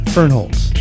Fernholz